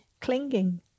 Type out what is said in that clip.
clinging